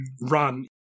run